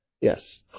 Yes